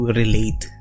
relate